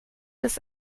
des